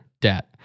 debt